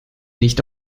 nicht